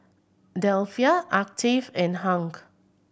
Delphia Octave and Hung